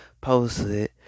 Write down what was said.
posted